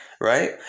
right